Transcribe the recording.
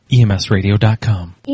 EMSradio.com